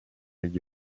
gli